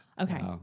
Okay